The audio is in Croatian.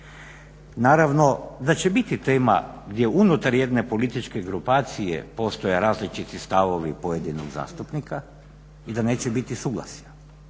Naravno da će biti tema gdje unutar jedne političke grupacije postoje različiti stavovi pojedinog zastupnika i da neće biti suglasja.